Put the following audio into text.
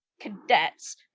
cadets